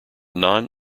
non